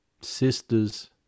sisters